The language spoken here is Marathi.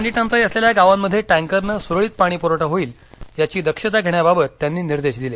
पाणीटंचाई असलेल्या गावांमध्ये टँकरनं सुरळीत पाणी पुरवठा होईल याची दक्षता घेण्याबाबत त्यांनी निर्देश दिले